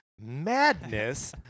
madness